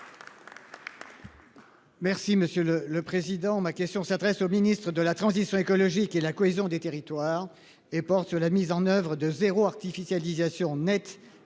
Merci monsieur le le président, ma question s'adresse au ministre de la transition écologique et la cohésion des territoires et porte sur la mise en oeuvre de zéro artificialisation nette